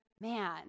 Man